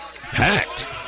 packed